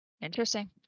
Interesting